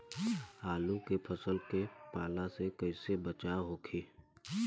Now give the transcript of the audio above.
आलू के फसल के पाला से कइसे बचाव होखि?